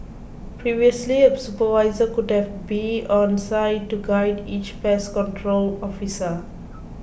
previously a supervisor would have to be on site to guide each pest control officer